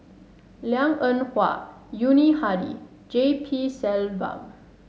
Lliang Eng Hwa Yuni Hadi G P Selvam